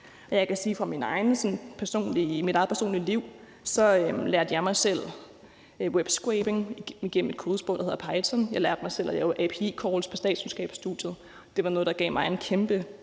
Jeg kan sige fra mit eget personlige liv, at jeg lærte mig selv webscraping igennem et kodesprog, der hedder Python, og at jeg lærte mig selv at lave API calls på statskundskabsstudiet, og at det var noget, der gav mig en kæmpe